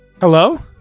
hello